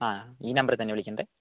ആ ഈ നമ്പറീൽ തന്നെ വിളിക്കണ്ടേ